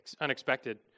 unexpected